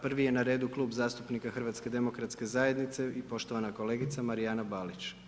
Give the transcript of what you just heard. Prvi je na redu Klub zastupnika HDZ-a i poštovana kolegica Marijana Balić.